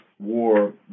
War